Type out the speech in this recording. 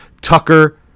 Tucker